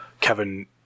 Kevin